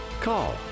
call